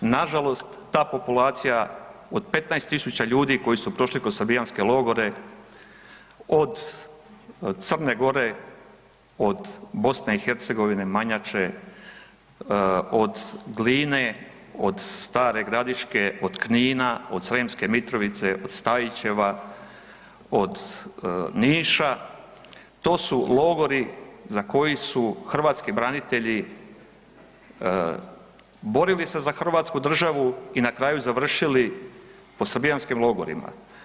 Nažalost ta populacija od 15 tisuća ljudi, koji su prošli kroz srbijanske logore od Crne Gore, od BiH, Manjače, od Gline, od Stare Gradiške, od Knina, od Sremske Mitrovice, od Stajićeva, od Niša, to su logori za koji su hrvatski branitelji borili se za hrvatsku državu i na kraju završili u srbijanskim logorima.